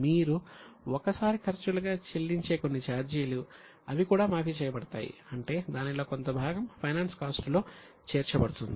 మీరు ఒక సారి ఖర్చులుగా చెల్లించే కొన్ని ఛార్జీలు అవి కూడా మాఫీ చేయబడతాయి అంటే దానిలో కొంత భాగం ఫైనాన్స్ కాస్ట్ లో చేర్చబడుతుంది